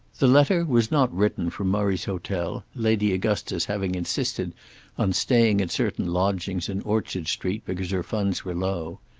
the letter was not written from murray's hotel, lady augustus having insisted on staying at certain lodgings in orchard street because her funds were low.